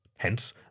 Hence